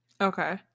okay